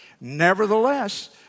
Nevertheless